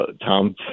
Tom